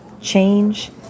change